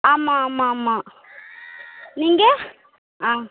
ஆமாம் ஆமாம் ஆமாம் நீங்கள் ஆ